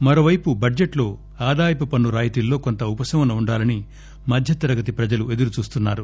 మరోపైపు బడ్జెట్లో ఆదాయపుపన్ను రాయితీల్లో కొంత ఉపశమనం ఉండాలని మధ్య తరగతి ప్రజలు ఎదురుచూస్తున్నారు